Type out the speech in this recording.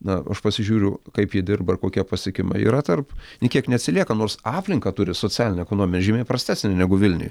na aš pasižiūriu kaip ji dirba ir kokie pasiekimai yra tarp nė kiek neatsilieka nors aplinką turi socialinę ekonominę žymiai prastesnę negu vilniuj